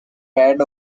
pad